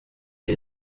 iyi